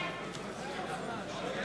3